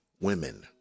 women